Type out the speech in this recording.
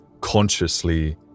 consciously